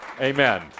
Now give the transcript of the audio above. Amen